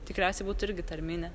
tikriausia būtų irgi tarminė